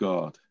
God